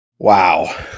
Wow